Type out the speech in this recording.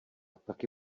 taky